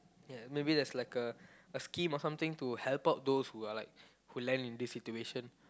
ya maybe there's like a a scheme or something to help out those who are like who land in this situation